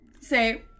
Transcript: say